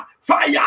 Fire